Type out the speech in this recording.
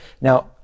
Now